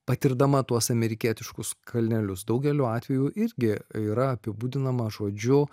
patirdama tuos amerikietiškus kalnelius daugeliu atvejų irgi yra apibūdinama žodžiu